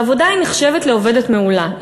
בעבודה היא נחשבת לעובדת מעולה.